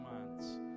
months